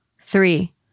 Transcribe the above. three